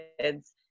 kids